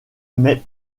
mais